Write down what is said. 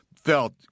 felt